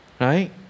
Right